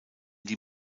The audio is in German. die